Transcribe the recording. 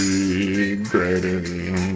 Regretting